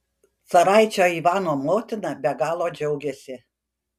caraičio ivano motina be galo džiaugiasi